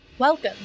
Welcome